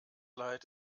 leid